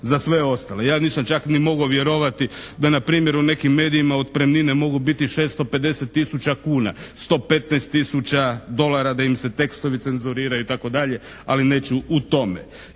za sve ostale. Ja nisam čak ni mogao vjerovati da na primjer u nekim medijima otpremnine mogu biti 650 tisuća kuna, 115 tisuća dolara da im se tekstovi cenzuriraju itd. ali neću u tome.